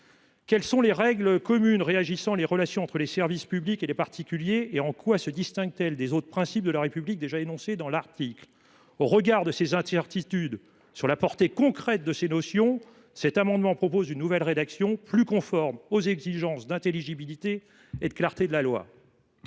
Quelles sont les « règles communes régissant les relations entre les services publics et les particuliers »? En quoi se distinguent elles des principes de la République déjà énoncés dans l’article ? Au regard de ces incertitudes sur la portée concrète de ces notions, cet amendement vise à proposer une rédaction plus conforme aux exigences d’intelligibilité et de clarté de la loi.